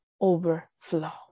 overflow